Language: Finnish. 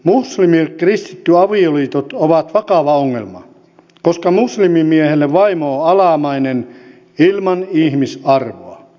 lisäksi muslimikristitty avioliitot ovat vakava ongelma koska muslimimiehelle vaimo on alamainen ilman ihmisarvoa